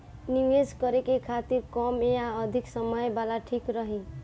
निवेश करें के खातिर कम या अधिक समय वाला ठीक रही?